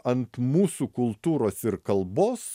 ant mūsų kultūros ir kalbos